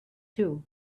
too